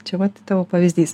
čia vat tavo pavyzdys